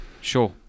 sure